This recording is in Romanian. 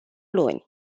luni